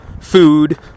food